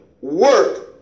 work